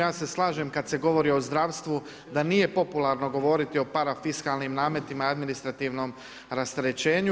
Ja se slažem kad se govori o zdravstvu da nije popularno govoriti o parafiskalnim nametima i administrativnom rasterećenju.